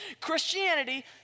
Christianity